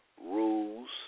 rules